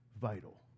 vital